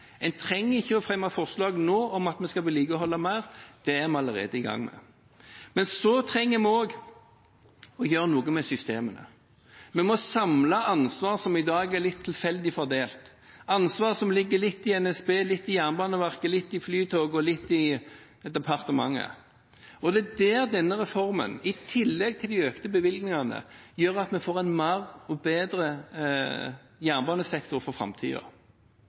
En trenger ikke fremme forslag nå om at vi skal vedlikeholde mer, det er vi allerede i gang med. Men så trenger vi også å gjøre noe med systemene. Vi må samle ansvar som i dag er litt tilfeldig fordelt, ansvar som ligger litt i NSB, litt i Jernbaneverket, litt i Flytoget og litt i departementet. Det er der denne reformen, i tillegg til de økte bevilgningene, gjør at vi får en bedre jernbanesektor for